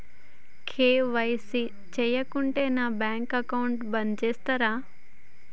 KYC చేయకుంటే నా bank account బంద్ చేస్తరా?